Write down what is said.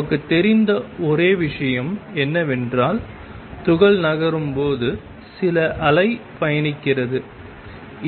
நமக்குத் தெரிந்த ஒரே விஷயம் என்னவென்றால் துகள் நகரும் போது சில அலை பயணிக்கிறது